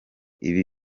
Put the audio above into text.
ibi